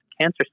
cancer